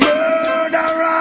Murderer